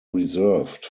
reserved